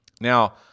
Now